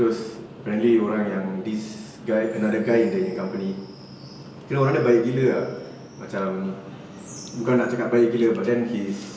terus friendly orang yang this guy another guy in dia nya company kira orang dia baik gila ah macam bukan nak cakap baik gila but then he's